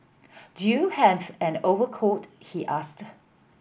do you have an overcoat he asked